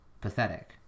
Pathetic